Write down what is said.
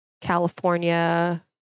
California